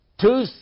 Two